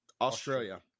Australia